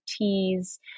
teas